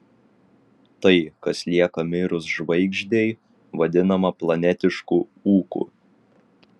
tai kas lieka mirus žvaigždei vadinama planetišku ūku